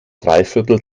dreiviertel